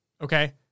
Okay